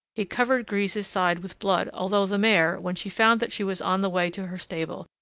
he covered grise's sides with blood, although the mare, when she found that she was on the way to her stable,